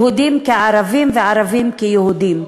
יהודים כערבים וערבים כיהודים.